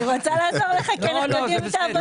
אני רוצה לעזור לך כי אנחנו יודעים את העבודה פה.